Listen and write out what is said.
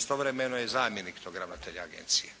istovremeno je zamjenik tog ravnatelja agencije,